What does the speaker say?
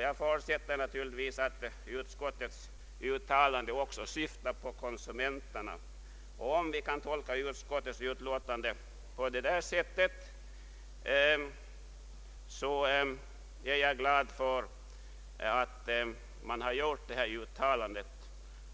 Jag förutsätter naturligtvis att utskottets uttalande också syftar på konsumenterna, och om detta är en riktig tolkning är jag glad för detta uttalande